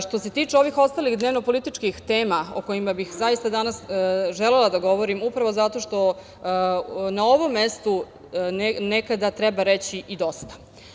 Što se tiče ovih ostalih dnevno-političkih tema o kojima bih zaista danas želela da govorim upravo zato što na ovom mestu nekada treba reći i dosta.